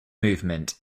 movement